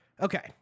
Okay